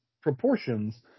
proportions